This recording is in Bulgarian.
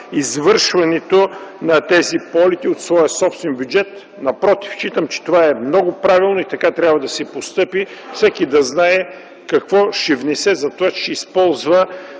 извършването на тези полети от своя собствен бюджет. Напротив, считам, че това е много правилно и така трябва да се постъпи – всеки да знае какво ще внесе за това, че ще използва